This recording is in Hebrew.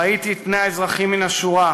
ראיתי את פני האזרחים מהשורה.